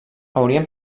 haurien